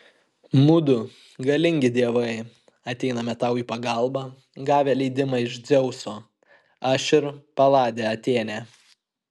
mudu galingi dievai ateiname tau į pagalbą gavę leidimą iš dzeuso aš ir paladė atėnė